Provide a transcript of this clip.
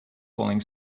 falling